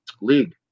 league